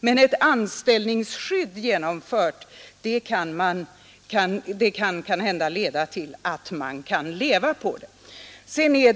Det man skulle behöva vore ett genomfört anställningsskydd, men det kravet motarbetade regeringspartiet i 13 år.